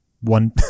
one